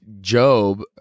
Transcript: Job